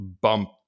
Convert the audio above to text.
bump